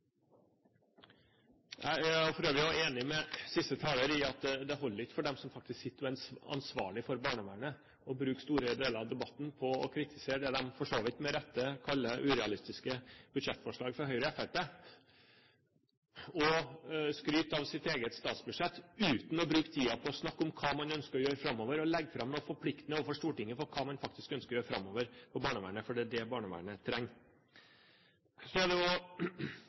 Jeg er for øvrig enig med siste taler i at det ikke holder når de som faktisk sitter ansvarlig for barnevernet, bruker store deler av debatten til å kritisere det de, for så vidt med rette, kaller urealistiske budsjettforslag fra Høyre og Fremskrittspartiet. De skryter av sitt eget statsbudsjett, uten å bruke tiden på å snakke om hva man ønsker å gjøre i tiden framover, og uten å legge fram noe forpliktende overfor Stortinget om hva man ønsker å gjøre framover for barnevernet – for det er det barnevernet trenger. Så er det